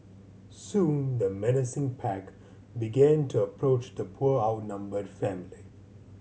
soon the menacing pack began to approach the poor outnumbered family